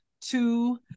two